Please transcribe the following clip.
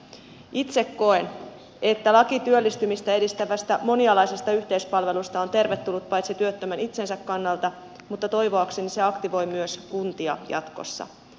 itse koen että laki työllistymistä edistävästä monialaisesta yhteispalvelusta paitsi on tervetullut työttömän itsensä kannalta niin toivoakseni myös aktivoi kuntia jatkossa